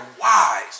wise